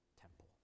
temple